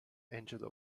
angela